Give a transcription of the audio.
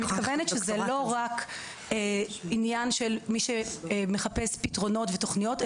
אני מתכוונת שזה לא רק עניין של מי שמחפש פתרונות ותוכניות,